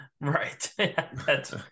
right